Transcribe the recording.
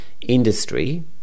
industry